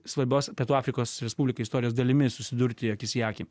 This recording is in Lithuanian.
svarbios pietų afrikos respublikai istorijos dalimi susidurti akis į akį